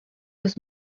was